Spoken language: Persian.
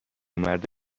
مرد